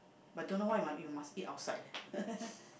but don't know why must you must eat outside leh